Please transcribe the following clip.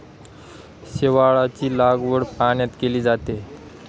शेवाळाची लागवड पाण्यात केली जाते